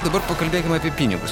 dabar pakalbėkim apie pinigus